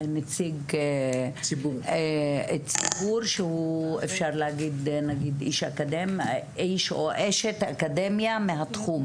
נציג ציבור שהוא איש או אשת אקדמיה מהתחום.